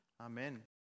Amen